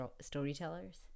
storytellers